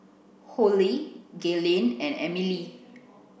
Hollie Gaylene and Amelie